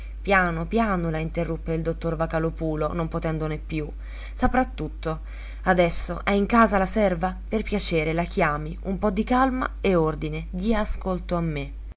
piano piano la interruppe il dottor vocalòpulo non potendone più saprà tutto adesso è in casa la serva per piacere la chiami un po di calma e ordine dia ascolto a me